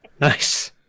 Nice